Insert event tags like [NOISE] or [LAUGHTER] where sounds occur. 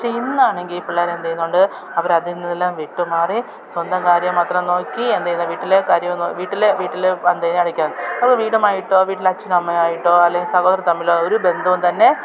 പക്ഷെ ഇന്നാണെങ്കിൽ പിള്ളേർ എന്ത് ചെയ്യുന്നുണ്ട് അവർ അതിൽ നിന്നെല്ലാം വിട്ടുമാറി സ്വന്തം കാര്യം മാത്രം നോക്കി എന്ത് ചെയ്യുന്നു വീട്ടിലെ കാര്യമോ വീട്ടിലെ വീട്ടിൽ എന്തു ചെയ്യും [UNINTELLIGIBLE] അവ വീടുമായിട്ടോ വീട്ടിലില് അച്ഛൻ അമ്മയായിട്ടോ അല്ലെങ്കിൽ സഹപ്രവർത്ത്കര് തമ്മിലോ ഒരു ബന്ധവും തന്നെ